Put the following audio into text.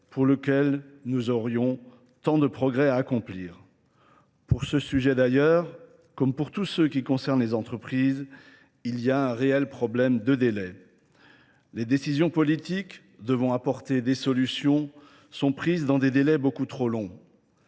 pour lequel nous aurions tant de progrès à accomplir. Pour ce sujet d'ailleurs, comme pour tous ceux qui concernent les entreprises, il y a un réel problème de délai. Les décisions politiques, devant apporter des solutions, sont prises dans des délais beaucoup trop longs.